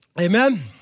Amen